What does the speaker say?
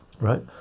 Right